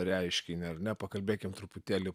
reiškinį ar ne pakalbėkim truputėlį